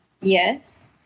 Yes